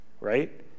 right